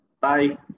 bye